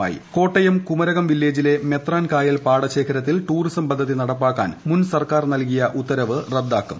്കോട്ടയം കുമരകം പ്പീല്ലേജിലെ മെത്രാൻ കായൽ പാടശേഖരത്തിൽ ടൂറിസം പദ്ധതി നട്ടപ്പാക്കാൻ മുൻ സർക്കാർ നൽകിയ ഉത്തരവ് റദ്ദാക്കും